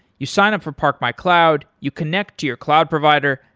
you sign up for park my cloud, you connect to your cloud provider,